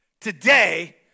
Today